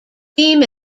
steam